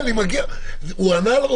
רגע, הוא ענה.